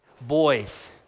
boys